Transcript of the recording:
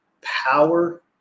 power